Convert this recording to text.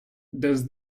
does